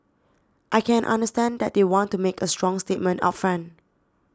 I can understand that they want to make a strong statement up front